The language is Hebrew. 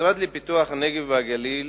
המשרד לפיתוח הנגב והגליל